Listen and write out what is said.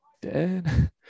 dead